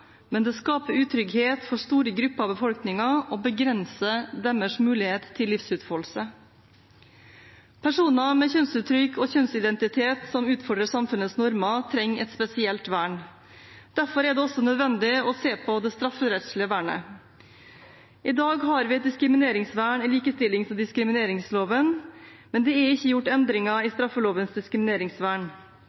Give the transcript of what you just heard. skaper utrygghet for store grupper av befolkningen og begrenser deres mulighet til livsutfoldelse. Personer med et kjønnsuttrykk og en kjønnsidentitet som utfordrer samfunnets normer, trenger et spesielt vern. Derfor er det også nødvendig å se på det strafferettslige vernet. I dag har vi et diskrimineringsvern i likestillings- og diskrimineringsloven, men det er ikke gjort endringer i straffelovens diskrimineringsvern.